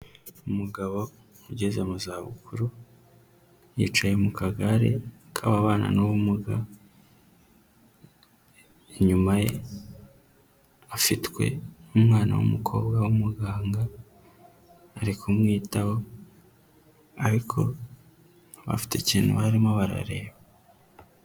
Umugabo ugeze mu za bukuru, yicaye mu kagare k'ababana n'ubumuga, inyuma ye afitwe n'umwana w'umukobwa w'umuganga, ari kumwitaho, ariko abafite ikintu barimo barareba.